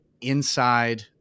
inside